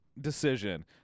decision